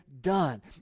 done